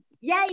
yay